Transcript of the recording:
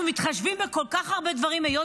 אנחנו מתחשבים בכל כך הרבה דברים היות